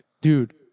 Dude